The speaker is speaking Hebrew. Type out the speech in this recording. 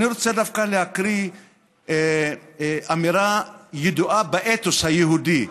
אני רוצה דווקא להקריא אמירה ידועה באתוס היהודי: